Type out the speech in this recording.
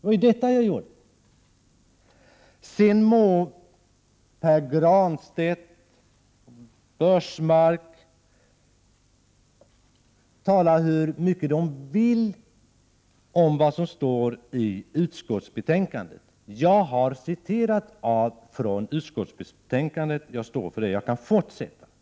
Sedan må Pär Granstedt och Karl-Göran Biörsmark tala hur mycket de vill om vad som står i utskottsbetänkandet. Jag har citerat från utskottsbetänkandet, och jag står för det. Jag kan fortsätta.